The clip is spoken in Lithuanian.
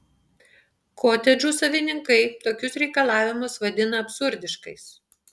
kotedžų savininkai tokius reikalavimus vadina absurdiškais